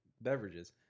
beverages